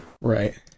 right